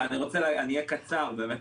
אקצר בדבריי.